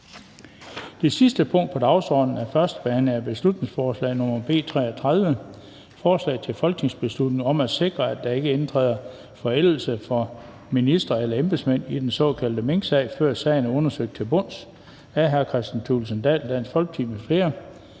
Det sidste punkt på dagsordenen er: 18) 1. behandling af beslutningsforslag nr. B 33: Forslag til folketingsbeslutning om at sikre, at der ikke indtræder forældelse for ministre eller embedsmænd i den såkaldte minksag, før sagen er undersøgt til bunds. Af Kristian Thulesen Dahl (DF) m.fl.